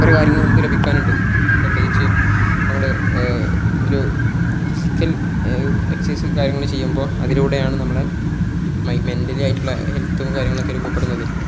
ഒരു കാര്യങ്ങളും നമുക്ക് ലഭിക്കാനുണ്ട് പ്രത്യേകിച്ച് നമ്മൾ ഒരു ഫിസിക്കൽ എക്സസൈസ് കാര്യങ്ങൾ ചെയ്യുമ്പോൾ അതിലൂടെയാണ് നമ്മൾ മൈ മെൻ്റലി ആയിട്ടുള്ള ഹെൽത്തും കാര്യങ്ങളൊക്കെ രൂപപ്പെടുന്നത്